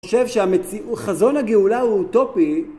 אני חושב שהמציאו.. חזון הגאולה הוא אוטופי